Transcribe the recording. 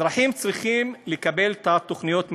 אזרחים צריכים לקבל תוכניות מתאר,